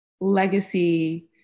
legacy